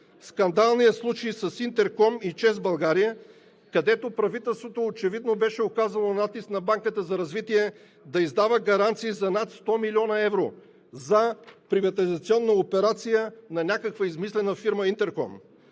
скандалния случай с Интерком и „ЧЕЗ България“, където правителството очевидно беше оказало натиск на Банката за развитие да издава гаранции за над 100 млн. евро за приватизационна операция на някаква измислена фирма „Интерком“.